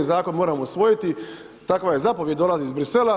Zakon moramo usvojiti takva zapovijed dolazi iz Bruxellesa.